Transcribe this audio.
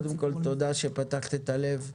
קודם כל תודה שפתחת את הלב,